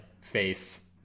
face